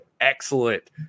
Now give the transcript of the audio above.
excellent